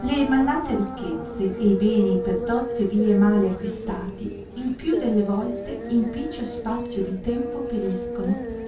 le malnate ricchezze e i beni per torte vie male acquistati il più delle volte in picciol spazio di tempo periscono